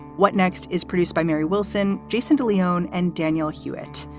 what next is produced by mary wilson, jason de leon and daniel hewitt.